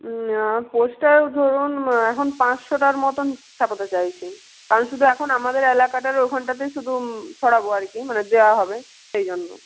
হুঁ পোস্টার ধরুন এখন পাঁচশোটার মতন ছাপাতে চাইছি কারণ শুধু এখন আমাদের এলাকাটার ওখানটাতেই শুধু ছড়াবো আর কী মানে দেওয়া হবে সেই জন্য